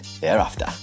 thereafter